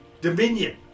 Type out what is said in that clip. dominion